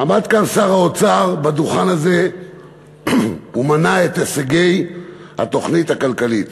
עמד כאן שר האוצר בדוכן הזה ומנה את הישגי התוכנית הכלכלית.